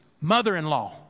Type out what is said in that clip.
mother-in-law